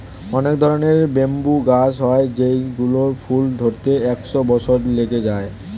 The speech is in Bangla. অনেক ধরনের ব্যাম্বু গাছ হয় যেই গুলোর ফুল ধরতে একশো বছর লেগে যায়